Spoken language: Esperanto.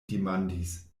demandis